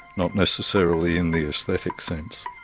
not necessarily in the aesthetic sense.